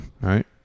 right